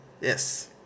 yes